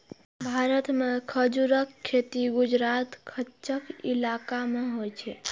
भारत मे खजूरक खेती गुजरातक कच्छ इलाका मे होइ छै